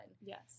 Yes